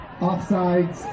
Offside